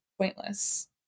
pointless